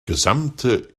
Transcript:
gesamte